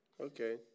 Okay